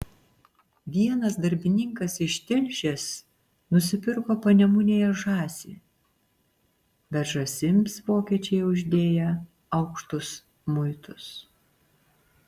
vienas darbininkas iš tilžės nusipirko panemunėje žąsį bet žąsims vokiečiai uždėję aukštus muitus